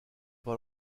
par